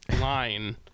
line